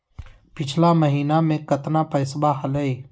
पिछला महीना मे कतना पैसवा हलय?